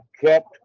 kept